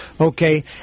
Okay